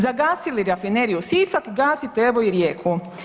Zagasili rafineriju Sisak, ugasite evo i Rijeku.